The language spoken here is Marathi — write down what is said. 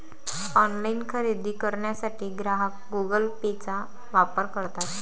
ऑनलाइन खरेदी करण्यासाठी ग्राहक गुगल पेचा वापर करतात